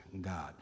God